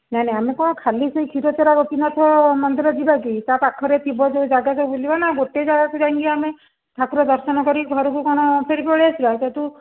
ନାଇଁ ନାଇଁ ଆମେ କ'ଣ ଖାଲି ସେଇ କ୍ଷୀରଚୋରା ଗୋପୀନାଥ ମନ୍ଦିର ଯିବାକି ତା' ପାଖରେ ଥିବ ଯେଉଁ ଜାଗା ସବୁ ବୁଲିବା ନା ଗୋଟିଏ ଜାଗାକୁ ଯାଇକି ଆମେ ଠାକୁର ଦର୍ଶନ କରିକି ଘରକୁ କ'ଣ ଫେରେ ପଳେଇଆସିବା ସେଇଠୁ